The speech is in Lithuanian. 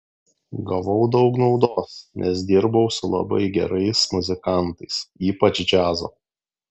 gavau daug naudos nes dirbau su labai gerais muzikantais ypač džiazo